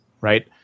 right